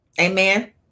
Amen